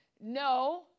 No